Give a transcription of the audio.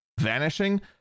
vanishing